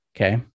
Okay